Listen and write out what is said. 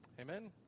Amen